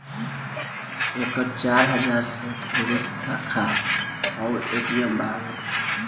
एकर चार हजार से ढेरे शाखा अउर ए.टी.एम बावे